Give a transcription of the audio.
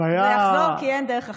זה יחזור כי אין דרך אחרת.